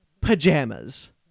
pajamas